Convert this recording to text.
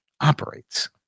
operates